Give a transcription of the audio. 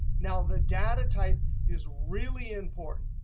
now, the data type is really important,